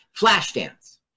Flashdance